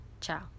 Ciao